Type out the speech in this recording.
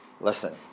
Listen